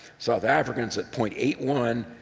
south africans at point eight one,